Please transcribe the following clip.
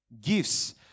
Gifts